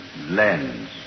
Lens